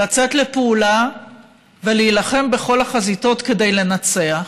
לצאת לפעולה ולהילחם בכל החזיתות כדי לנצח.